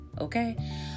okay